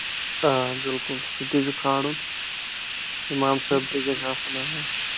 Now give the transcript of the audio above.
آ بِلکُل سُہ تے چھُ کھالُن اِمام صٲب تہِ گژھِ آسُن آ